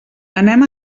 anem